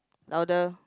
louder